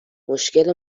مشکل